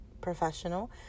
professional